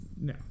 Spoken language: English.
No